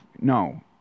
No